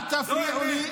אל תפריע לי.